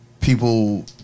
people